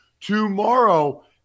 tomorrow